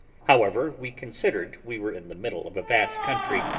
however, we considered we were in the middle of a vast country,